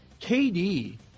KD